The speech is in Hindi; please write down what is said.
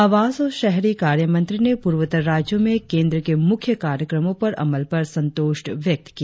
आवास और शहरी कार्यमंत्री ने पूर्वोत्तर राज्यों में केंद्र के मुख्य कार्यक्रमो पर अमल पर संतोष व्यक्त किया